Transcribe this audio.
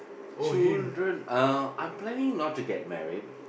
children uh I'm planning not to get married